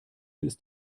ist